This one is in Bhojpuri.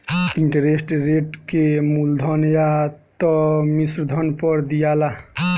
इंटरेस्ट रेट के मूलधन या त मिश्रधन पर दियाला